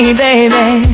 baby